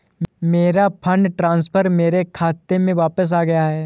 मेरा fund transfer मेरे खाते में वापस आ गया है